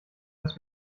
das